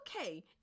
okay